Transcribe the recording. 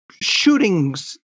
shootings